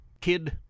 kid